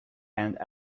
and